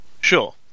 sure